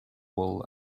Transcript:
wool